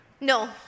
No